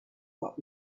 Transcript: what